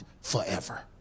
forever